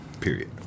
Period